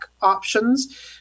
options